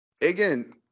again